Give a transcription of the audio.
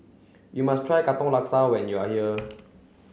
you must try Katong Laksa when you are here